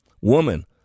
Woman